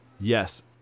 Yes